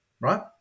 right